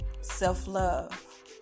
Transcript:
self-love